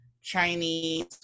Chinese